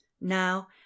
Now